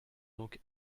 donc